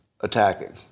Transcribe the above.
attacking